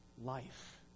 life